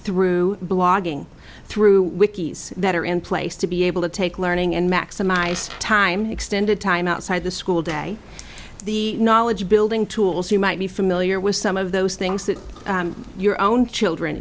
blogging through wikis that are in place to be able to take learning and maximise time extended time outside the school day the knowledge building tools you might be familiar with some of those things that your own children